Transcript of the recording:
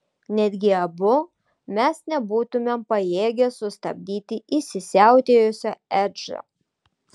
netgi abu mes nebūtumėm pajėgę sustabdyti įsisiautėjusio edžio